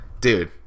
Dude